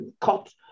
cut